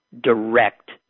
direct